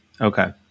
Okay